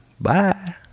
Bye